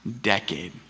decade